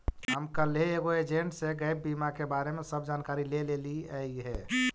हम कलहे एगो एजेंट से गैप बीमा के बारे में सब जानकारी ले लेलीअई हे